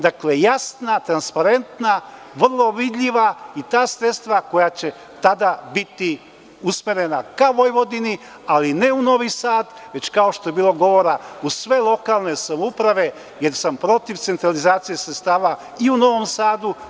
Dakle, jasna, transparentna, vrlo vidljiva i ta sredstva koja će tada biti usmerena ka Vojvodini, ali ne u Novi Sad, već kao što je bilo govora u sve lokalne samouprave, jer sam protiv centralizacije sredstava i u Novom Sadu.